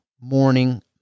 morning